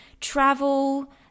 travel